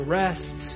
rest